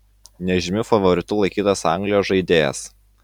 nežymiu favoritu laikytas anglijos žaidėjas